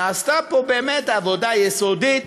נעשתה פה באמת עבודה יסודית,